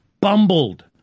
bumbled